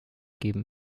geben